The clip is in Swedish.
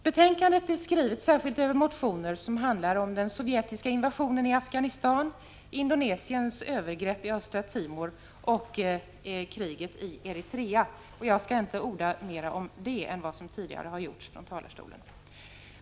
Betänkandet är skrivet särskilt över motioner som handlar om den sovjetiska invasionen i Afghanistan, Indonesiens övergrepp i Östra Timor och kriget i Eritrea, och jag skall inte orda mera om det efter vad som tidigare har sagts från talarstolen.